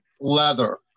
leather